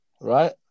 right